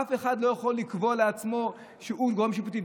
אף אחד לא יכול לקבוע על עצמו שהוא גורם שיפוטי.